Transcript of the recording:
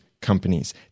companies